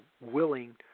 willing